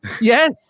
Yes